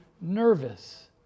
nervous